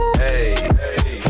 hey